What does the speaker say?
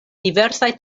diversaj